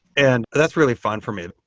and that's really fun for me.